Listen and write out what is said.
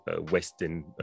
Western